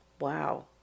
Wow